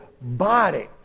body